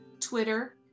Twitter